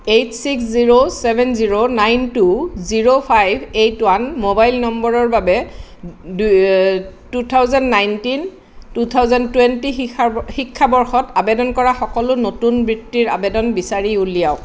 eight six zero seven zero nine two zero five eight one mobile নম্বৰৰ বাবে দু two thousand nineteen two thousand twenty শিখা শিক্ষাবৰ্ষত আৱেদন কৰা সকলো নতুন বৃত্তিৰ আৱেদন বিচাৰি উলিয়াওক